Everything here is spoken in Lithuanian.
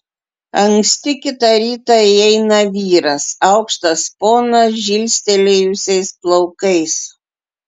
anksti kitą rytą įeina vyras aukštas ponas žilstelėjusiais plaukais